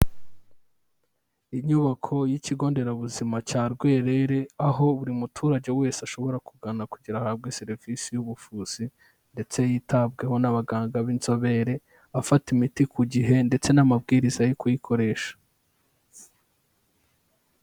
Inyubako y'ikigonderabuzima cya Rwerere, aho buri muturage wese ashobora kugana kugira ahabwe serivisi y'ubuvuzi ndetse yitabweho n'abaganga b'inzobere, afata imiti ku gihe ndetse n'amabwiriza yo kuyikoresha.